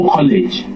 College